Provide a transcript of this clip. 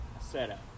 setup